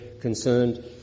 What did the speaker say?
concerned